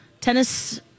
tennis